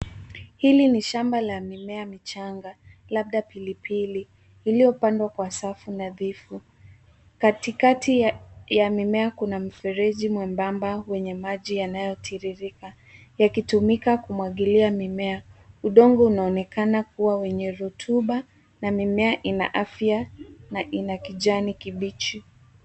Hili ni shamba la mimea michanga, labda pilipili, liliopandwa kwa safu nadhifu, katika ya mimea kuna mrefeji mwembamba wenye maji yanayotiririka yakitumika kumwagilia mimea. Udongo unaonekana kuwa wenye rotuba, na mimea ina afya, na ina kijani kibichi.